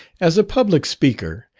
as a public speaker,